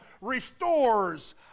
restores